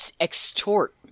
extort